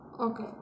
Okay